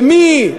ומי?